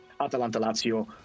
Atalanta-Lazio